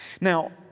Now